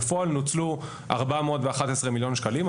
בפועל נוצלו 411 מיליון ₪.